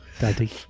Daddy